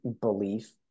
belief